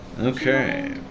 Okay